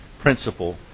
principle